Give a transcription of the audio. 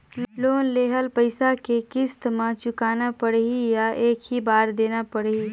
Loan लेहल पइसा के किस्त म चुकाना पढ़ही या एक ही बार देना पढ़ही?